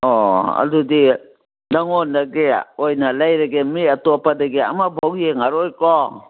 ꯑꯣ ꯑꯗꯨꯗꯤ ꯅꯪꯉꯣꯟꯗꯒꯤ ꯑꯣꯏꯅ ꯂꯩꯔꯒꯦ ꯃꯤ ꯑꯇꯣꯞꯄꯗꯒꯤ ꯑꯃꯐꯥꯎ ꯌꯦꯡꯉꯔꯣꯏꯀꯣ